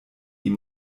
ihm